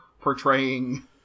portraying